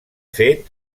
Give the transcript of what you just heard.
fet